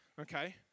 okay